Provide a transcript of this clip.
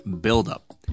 buildup